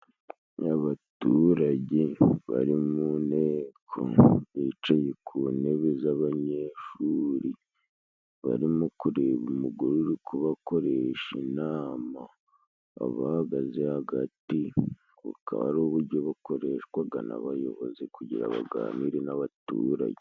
Abaturage bari mu nteko, bicaye ku ntebe z'abanyeshuri, barimo kureba umugore uri kubakoresha inama, abahagaze hagati kuko ari uburyo bukoreshwaga n'abayobozi kugira baganire n'abaturage.